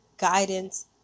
guidance